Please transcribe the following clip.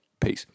peace